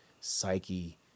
psyche